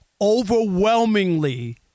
overwhelmingly